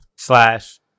Slash